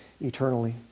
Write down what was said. eternally